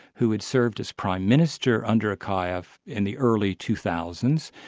who had served as prime minister under akayev in the early two thousand